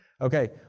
Okay